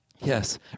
Yes